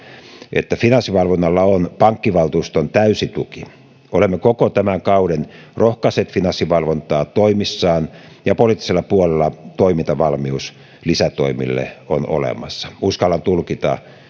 että finanssivalvonnalla on pankkivaltuuston täysi tuki olemme koko tämän kauden rohkaisseet finanssivalvontaa toimissaan ja poliittisella puolella toimintavalmius lisätoimille on olemassa uskallan tulkita